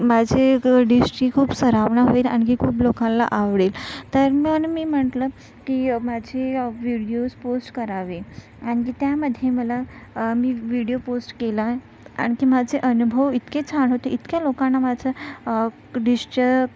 माझ्या डिशची खूप सरावना होईल आणखी खूप लोकांना आवडेल तर मन मी म्हटलं की माझी विडीओज पोस्ट करावे आणखी त्यामध्ये मला मी व्हिडीओ पोस्ट केला आणखी माझे अनुभव इतके छान होते इतक्या लोकांना माझं डिशचं